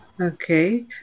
okay